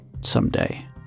someday